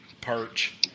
Perch